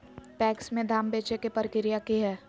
PACS में धाम बेचे के प्रक्रिया की हय?